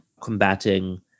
combating